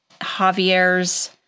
Javier's